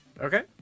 Okay